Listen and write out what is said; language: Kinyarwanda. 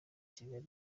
kigali